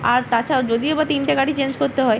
আর তাছাড়াও যদিও বা তিনটে গাড়ি চেঞ্জ করতে হয়